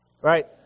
right